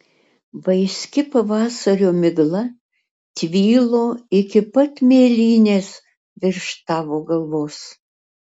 vaiski pavasario migla tvylo iki pat mėlynės virš tavo galvos